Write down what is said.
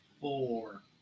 four